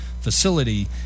facility